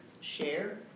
Share